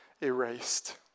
erased